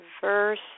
verse